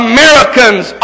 Americans